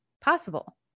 possible